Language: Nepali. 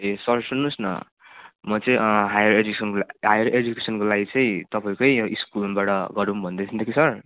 ए सर सुन्नु होस् न म चाहिँ हायर एजुकेसनको लागि हायर एजुकेसनको लागि चाहिँ तपाईँकै स्कुलबाट गरौँ भन्दै थिएँ नि त कि सर